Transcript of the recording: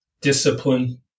discipline